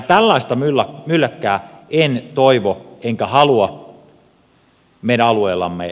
tällaista mylläkkää en toivo enkä halua meidän alueellamme olevan